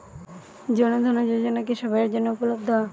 জন ধন যোজনা কি সবায়ের জন্য উপলব্ধ?